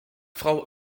frau